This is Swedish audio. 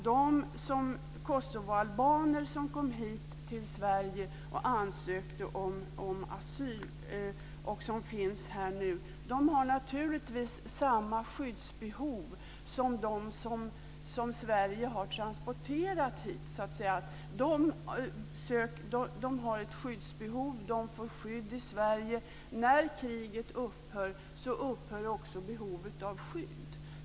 De kosovoalbaner som kom hit till Sverige och ansökte om asyl och som finns här nu har naturligtvis samma skyddsbehov som de som Sverige har transporterat hit. De har ett skyddsbehov, och de får skydd i Sverige. När kriget upphör, så upphör också behovet av skydd.